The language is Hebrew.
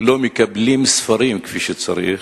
לא מקבלים ספרים כפי שצריך.